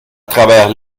travers